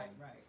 right